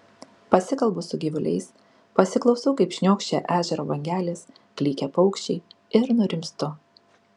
pasikalbu su gyvuliais pasiklausau kaip šniokščia ežero bangelės klykia paukščiai ir nurimstu